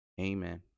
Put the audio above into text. amen